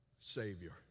Savior